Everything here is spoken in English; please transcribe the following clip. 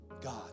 God